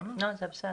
לא, זה בסדר.